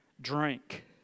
Drink